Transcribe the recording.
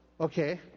Okay